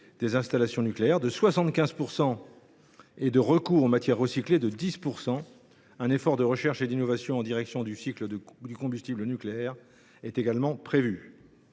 des installations nucléaires de 75 %, et de recours aux matières recyclées de 10 %. Un effort de recherche et d’innovation en direction du cycle du combustible nucléaire est également prévu.